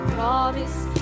Promise